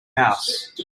house